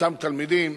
אותם תלמידים,